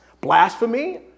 blasphemy